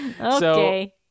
Okay